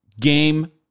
Game